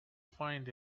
find